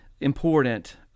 important